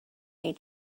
may